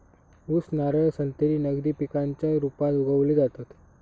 ऊस, नारळ, संत्री नगदी पिकांच्या रुपात उगवली जातत